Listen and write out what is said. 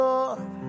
Lord